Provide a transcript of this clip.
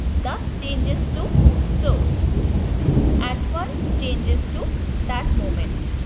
thus changes to so at once changes to that moment